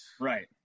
Right